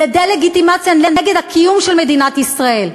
זה דה-לגיטימציה של הקיום של מדינת ישראל.